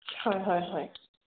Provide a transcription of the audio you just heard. হয় হয় হয়